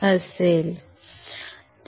असेल